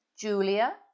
Julia